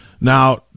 Now